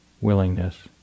willingness